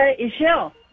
Michelle